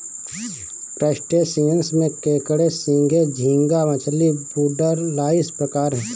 crustaceans में केकड़े झींगे, झींगा मछली, वुडलाइस प्रकार है